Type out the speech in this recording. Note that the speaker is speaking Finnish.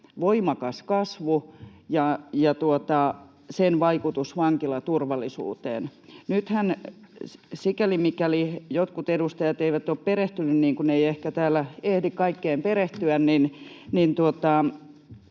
voimakas kasvu ja sen vaikutus vankilaturvallisuuteen. Nythän, sikäli mikäli jotkut edustajat eivät ole perehtyneet, kun täällä ei ehkä ehdi kaikkeen perehtyä,